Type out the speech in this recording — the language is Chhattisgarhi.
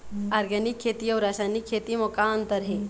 ऑर्गेनिक खेती अउ रासायनिक खेती म का अंतर हे?